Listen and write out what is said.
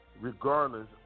regardless